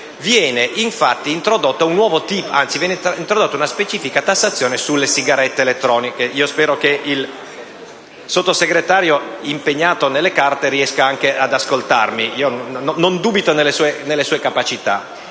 viene introdotta una specifica tassazione sulle sigarette elettroniche. Spero che il Sottosegretario, impegnato nelle carte, riesca anche ad ascoltarmi; non dubito delle sue capacità